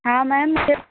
हाँ मैम